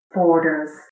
borders